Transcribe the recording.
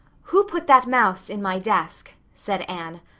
who put that mouse in my desk? said anne.